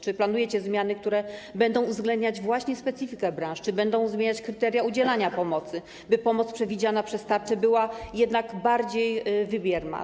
Czy planujecie zmiany, które będą uwzględniać specyfikę branż, czy będą zmieniane kryteria udzielania pomocy, by pomoc przewidziana przez tarcze była jednak bardziej wymierna?